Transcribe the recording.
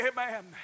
Amen